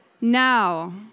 now